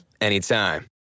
anytime